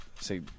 say